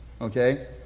Okay